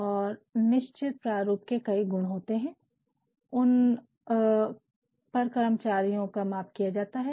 और निश्चित प्रारूप के कई गुण होते है कि उन पर कर्मचारियों का माप किया जाता है